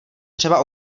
třeba